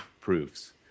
proofs